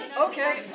Okay